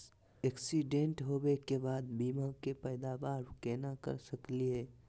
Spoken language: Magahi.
एक्सीडेंट होवे के बाद बीमा के पैदावार केना कर सकली हे?